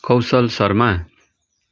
Kaushal Sharma